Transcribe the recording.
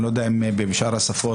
אני לא יודע אם בשאר השפות,